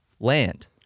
Land